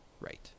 right